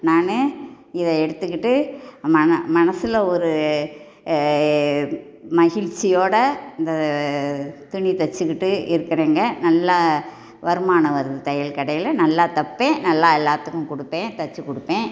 நானு இதை எடுத்துகிட்டு மனசில் ஒரு மகிழ்ச்சியோடய இந்த துணி தைச்சிகிட்டு இருக்கிறேங்க நல்ல வருமானம் வருது தையல் கடையில் நல்லா தைப்பேன் நல்லா எல்லாத்துக்கும் கொடுப்பேன் தைச்சிக் கொடுப்பேன்